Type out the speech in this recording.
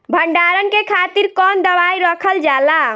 भंडारन के खातीर कौन दवाई रखल जाला?